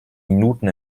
minuten